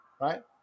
right